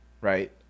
Right